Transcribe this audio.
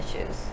issues